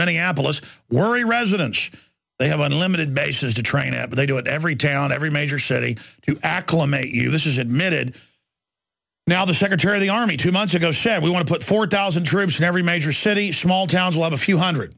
minneapolis were residents they have unlimited bases to train at but they do it every town every major city to acclimate you this is admitted now the secretary of the army two months ago said we want to put forward thousand troops in every major city small towns love a few hundred